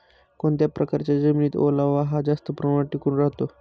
कोणत्या प्रकारच्या जमिनीत ओलावा हा जास्त प्रमाणात टिकून राहतो?